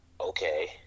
okay